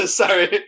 sorry